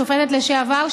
שופטת לשעבר,